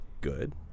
good